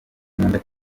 nkunda